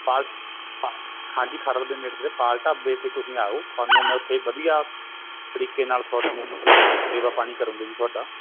ਪਾਲ ਹਾਂਜੀ ਖਰੜ ਦੇ ਨੇੜੇ ਪਾਲ ਢਾਬੇ 'ਤੇ ਤੁਸੀਂ ਆਓ ਤੁਹਾਨੂੰ ਮੈਂ ਉੱਥੇ ਵਧੀਆ ਤਰੀਕੇ ਨਾਲ ਤੁਹਾਨੂੰ ਮਤਲਬ ਸੇਵਾ ਪਾਣੀ ਕਰੂੰਗੇ ਜੀ ਤੁਹਾਡਾ